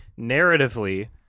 narratively